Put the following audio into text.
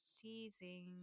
Teasing